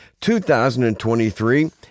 2023